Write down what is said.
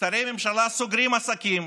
שרי הממשלה סוגרים עסקים